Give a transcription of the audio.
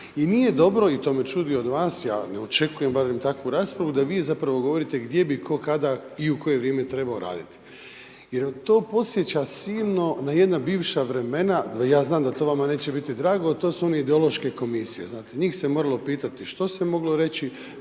i nije dobro i to me čudi od vas, ja ne očekujem barem takvu raspravu da vi zapravo govorite gdje bi tko, kada i u koje vrijeme trebao raditi. Jer to podsjeća silno jedna bivša vremena, ja znam da to vama neće biti drago, a to su one ideološke komisije znate, njih se moralo pitati što se moglo reći,